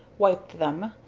wiped them,